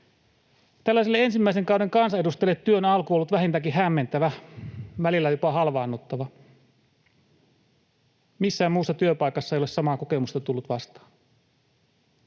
Tällaiselle ensimmäisen kauden kansanedustajalle työn alku ollut vähintäänkin hämmentävä, välillä jopa halvaannuttava. Missään muussa työpaikassa ei ole samaa kokemusta tullut vastaan.